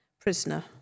prisoner